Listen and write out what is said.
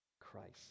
Christ